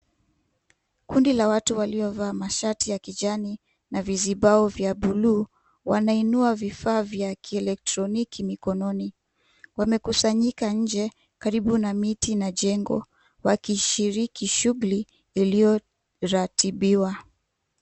Kundi la watu waliovaa mashati ya kijani na vizibao vya buluu, wanainua vifaa vya kielektroniki mikononi. Wamekusanyika nje karibu na miti na jengo, wakishiriki shughuli iliyoratibiwa.